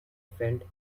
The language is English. felt